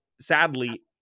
sadly